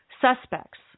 suspects